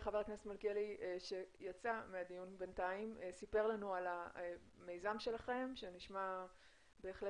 חבר הכנסת מלכיאלי סיפר לנו על המיזם שלכם שנשמע